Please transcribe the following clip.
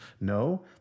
No